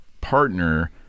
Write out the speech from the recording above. partner